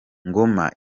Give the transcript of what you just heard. ngoma